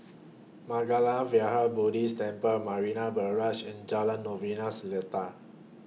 Mangala Vihara Buddhist Temple Marina Barrage and Jalan Novena Selatan